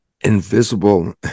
Invisible